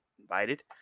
invited